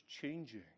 changing